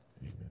Amen